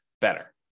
better